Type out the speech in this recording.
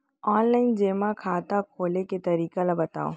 Offline जेमा खाता खोले के तरीका ल बतावव?